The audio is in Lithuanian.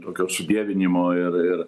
tokio sudievinimo ir ir